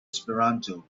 esperanto